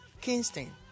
Kingston